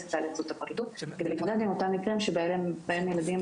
התהליך זו הפרקליטות כדי להתמודד עם אותם מקרים שבהם ילדים